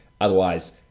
Otherwise